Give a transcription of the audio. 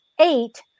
eight